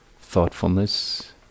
thoughtfulness